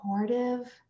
supportive